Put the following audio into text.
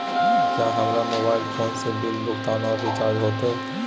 क्या हमारा mobile phone से बिल भुगतान और रिचार्ज होते?